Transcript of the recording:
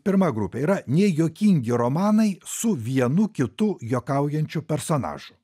pirma grupė yra nejuokingi romanai su vienu kitu juokaujančiu personažu